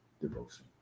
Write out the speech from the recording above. devotion